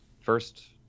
first